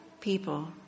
people